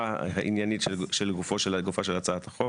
העניינית של גופו של גופה של הצעת החוק